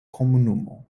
komunumo